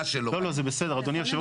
לא, לא, זה בסדר אדוני יושב הראש.